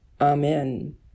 Amen